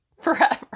forever